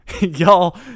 Y'all